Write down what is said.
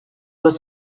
was